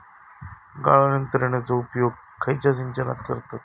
गाळण यंत्रनेचो उपयोग खयच्या सिंचनात करतत?